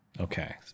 Okay